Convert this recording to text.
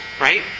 right